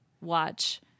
watch